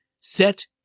set